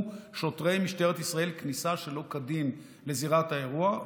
שוטרי משטרת ישראל כניסה שלא כדין לזירת האירוע,